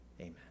Amen